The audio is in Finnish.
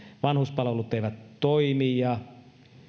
vanhuspalvelut eivät toimi ja